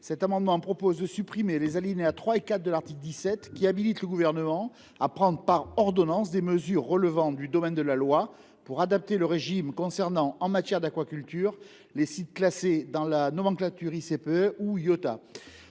Cet amendement vise à supprimer les alinéas 3 et 4 de l’article 17 qui habilitent le Gouvernement à prendre par ordonnance des mesures relevant du domaine de la loi pour adapter le régime concernant, en matière d’aquaculture, les sites classés dans la nomenclature ICPE ou Iota.